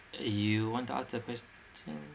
you want to ask the question